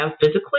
physically